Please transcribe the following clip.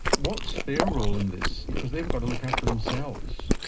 what's their role in this? because they've got to look after themselves.